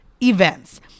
events